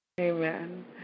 Amen